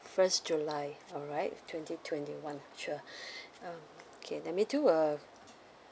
first july alright twenty twenty one sure um okay let me do uh